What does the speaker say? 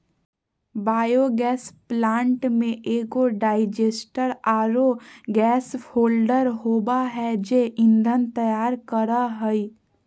biogas plant में एगो digester आरो गैस होल्डर होबा है जे ईंधन तैयार करा हइ